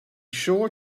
sure